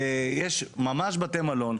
יש ממש בתי מלון,